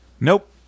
Nope